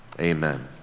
amen